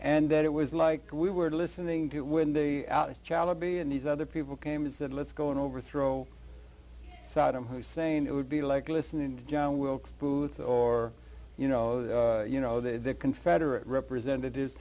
and that it was like we were listening to it when the child be and these other people came and said let's go and overthrow saddam hussein it would be like listening to john wilkes booth for you know the you know the confederate representatives